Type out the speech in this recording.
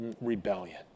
rebellion